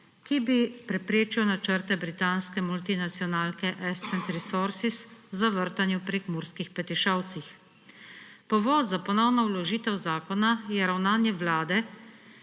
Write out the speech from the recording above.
ki bi preprečil načrte britanske multinacionalke Ascent Resources za vrtanje v prekmurskih Petišovcih. Povod za ponovno vložitev zakona je ravnanje Vlade,